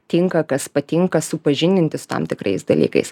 tinka kas patinka supažindinti su tam tikrais dalykais